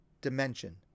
dimension